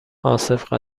عاصف